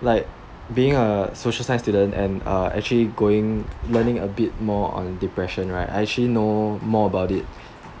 like being a social science student and uh actually going learning a bit more on depression right I actually know more about it